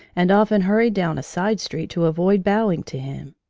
and often hurried down a side street to avoid bowing to him.